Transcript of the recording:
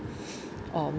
um